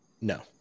No